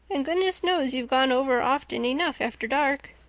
and goodness knows you've gone over often enough after dark.